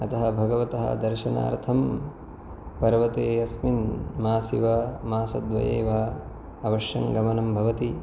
अतः भगवतः दर्शनार्थं पर्वतेऽस्मिन् मासि वा मासद्वये वा अवश्यं गमनं भवति